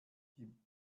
die